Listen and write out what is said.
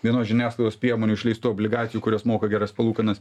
vienos žiniasklaidos priemonių išleistų obligacijų kurios moka geras palūkanas